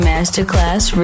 Masterclass